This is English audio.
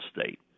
State